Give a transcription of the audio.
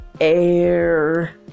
air